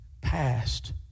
past